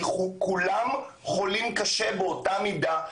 כי כולם חולים קשה באותה מידה,